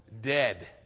Dead